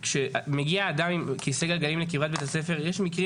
כשמגיע אדם עם כיסא גלגלים לקרבת בית הספר יש מקרים